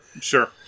Sure